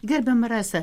gerbiama rasa